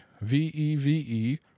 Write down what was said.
V-E-V-E